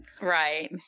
right